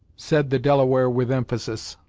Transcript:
said the delaware with emphasis.